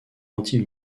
anti